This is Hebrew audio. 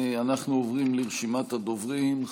אנחנו עוברים לרשימת הדוברים.